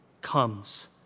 comes